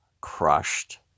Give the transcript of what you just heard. Crushed